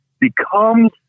becomes